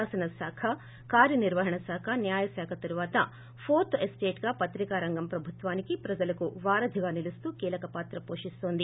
శాసన శాఖ కార్యనిర్వాహన శాఖ న్యాయశాఖ తర్వాత వోర్త్ ఎస్టేట్ గా పత్రికా రంగం ప్రభుత్వానికి ప్రజలకు వారధిగా నిలుస్తూ కీలక పాత్ర పోషిస్తోంది